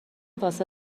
واسه